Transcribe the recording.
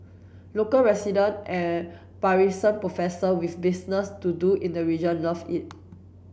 local resident and Parisian professor with business to do in the region love it